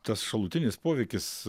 tas šalutinis poveikis